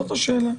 זאת השאלה.